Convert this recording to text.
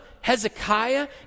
Hezekiah